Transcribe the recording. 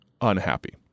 unhappy